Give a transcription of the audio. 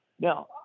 Now